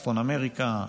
צפון אמריקה,